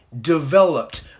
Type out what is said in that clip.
developed